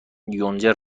یونجه